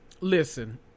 Listen